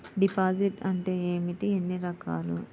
Deposit అంటే ఏమిటీ ఎన్ని రకాలు?